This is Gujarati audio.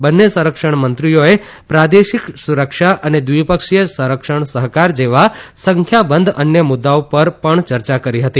બંને સંરક્ષણ મંત્રીઓએ પ્રાદેશિક સુરક્ષા અને દ્વિપક્ષી સંરક્ષણ સહકાર જેવા સંખ્યાબંધ અન્ય મુદ્દાઓ પર પણ ચર્ચા કરી હતી